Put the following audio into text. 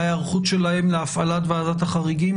ההיערכות שלהם להפעלת ועדת החריגים.